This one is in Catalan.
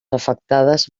afectades